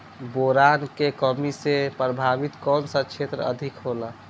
Boron के कमी से प्रभावित कौन सा क्षेत्र अधिक होला?